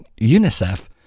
UNICEF